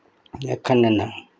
ꯑꯈꯟꯅꯅ